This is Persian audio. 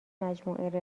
مجموعه